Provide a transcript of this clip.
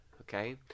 okay